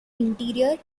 interior